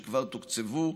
שכבר תוקצבו,